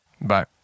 Bye